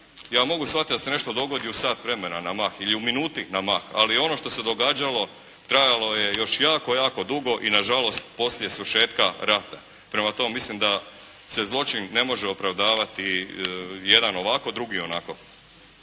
ja mogu shvatiti da se nešto dogodi u sat vremena na mah ili u minuti na mah ali ono što se događalo trajalo je još jako, jako dugo i nažalost poslije svršetka rata. Prema tome mislim da se zločin ne može opravdavati jedan ovako, drugi onako.